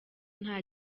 nta